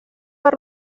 per